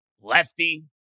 lefty